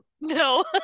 No